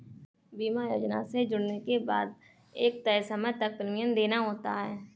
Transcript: बीमा योजना से जुड़ने के बाद एक तय समय तक प्रीमियम देना होता है